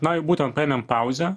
na ir būtent paėmėm pauzę